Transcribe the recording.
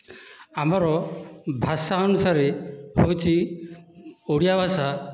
ଆମର ଭାଷା ଅନୁସାରେ ହେଉଛି ଓଡ଼ିଆ ଭାଷା